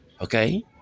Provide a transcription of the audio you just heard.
okay